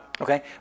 Okay